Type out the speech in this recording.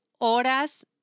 horas